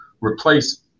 replace